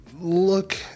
Look